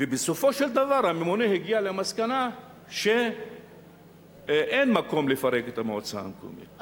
בסופו של דבר הממונה הגיע למסקנה שאין מקום לפרק את המועצה המקומית.